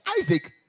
Isaac